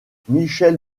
michelle